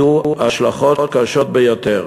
יהיו לכך השלכות קשות ביותר.